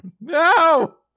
No